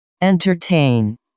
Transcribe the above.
entertain